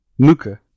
muke